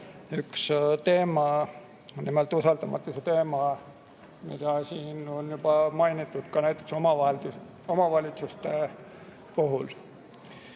üks teema, nimelt usaldamatuse teema, mida siin on juba mainitud ka omavalitsuste puhul.